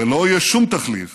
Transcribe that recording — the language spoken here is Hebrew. ולא יהיה שום תחליף